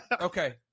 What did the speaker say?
Okay